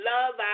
Love